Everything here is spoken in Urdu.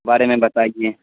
بارے میں بتائیے